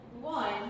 one